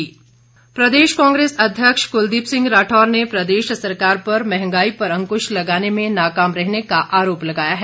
राठौर प्रदेश कांग्रेस अध्यक्ष क्लदीप सिंह राठौर ने प्रदेश सरकार पर महंगाई पर अंकृश लगाने में नाकाम रहने का आरोप लगाया है